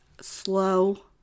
slow